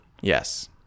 yes